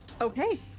Okay